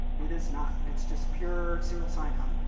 it is not. it's just pure single sign-on,